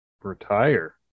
retire